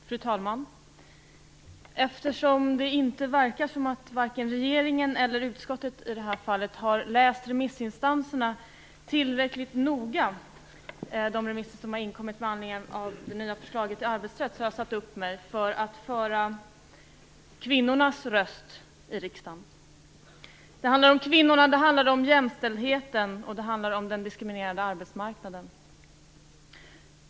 Fru talman! Eftersom det inte verkar som om vare sig regeringen eller utskottet i det här fallet har läst de remisser som har inkommit med anledning av det nya förslaget till arbetsrätt tillräckligt noga har jag satt upp mig på talarlistan för att ge kvinnorna en röst i riksdagen. Det handlar om kvinnorna, det handlar om jämställdheten och det handlar om den diskriminerande arbetsmarknaden.